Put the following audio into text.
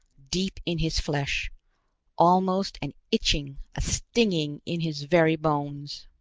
deep in his flesh almost an itching, a stinging in his very bones.